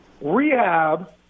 rehab